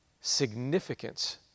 significance